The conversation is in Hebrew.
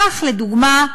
כך, לדוגמה,